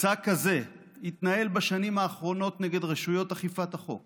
מסע כזה התנהל בשנים האחרונות נגד רשויות אכיפת החוק